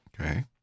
Okay